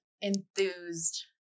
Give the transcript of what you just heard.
enthused